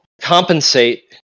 compensate